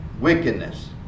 wickedness